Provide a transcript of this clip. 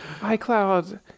iCloud